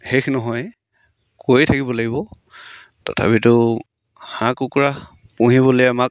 শেষ নহয় কৈয়ে থাকিব লাগিব তথাপিতো হাঁহ কুকুৰা পুহিবলৈ আমাক